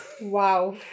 Wow